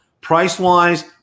Price-wise